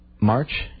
March